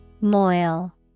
Moil